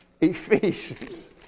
Ephesians